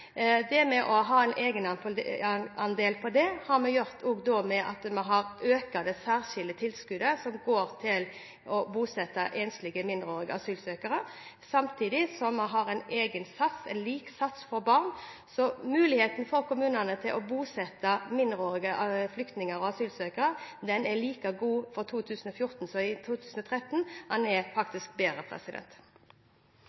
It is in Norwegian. og vi har økt det særskilte tilskuddet til å bosette enslige mindreårige asylsøkere, samtidig som vi har lik sats for barn. Så kommunenes mulighet til å bosette mindreårige flyktninger og asylsøkere er like god i 2014 som den var i 2013 – faktisk bedre. «Søvnapné er